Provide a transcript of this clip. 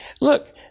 look